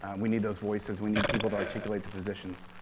and we need those voices, we need people to articulate the positions.